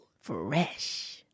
Fresh